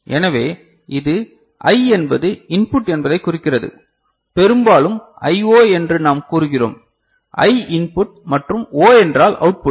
எனவே இது ஐ என்பது இன்புட் என்பதைக் குறிக்கிறது பெரும்பாலும் IO என்று நாம் கூறுகிறோம் ஐ இன்புட் மற்றும் ஓ என்றால் அவுட் புட்